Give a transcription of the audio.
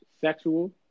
sexual